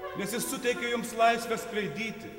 nes jis suteikė jums laisvę skraidyti